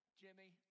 jimmy